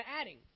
adding